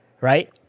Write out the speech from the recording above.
Right